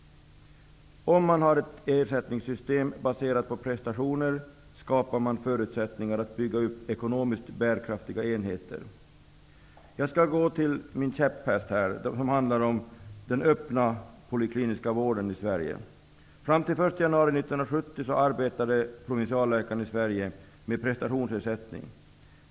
Ett ersättningssystem baserat på prestationer skapar förutsättningar att bygga upp ekonomiskt bärkraftiga enheter. Jag skall nu övergå till att tala om min käpphäst -- Fram till den 1 januari 1970 arbetade provinsialläkarna med prestationsersättning.